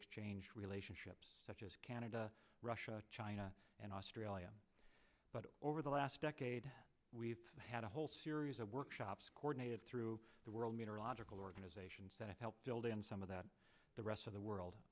exchange relationships such as canada russia china and australia but over the last decade we've had a whole series of workshops coordinated through the world meteorological organizations that help build in some of that the rest of the world